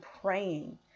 praying